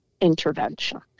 intervention